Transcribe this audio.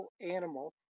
animal